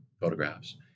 photographs